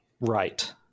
Right